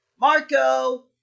Marco